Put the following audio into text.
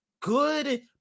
good